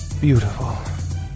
beautiful